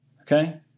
okay